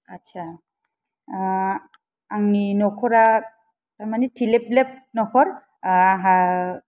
आदसा आ आंनि न'खरा थारमानि थिलेबलेब न'खर आंहा